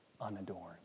unadorned